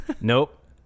nope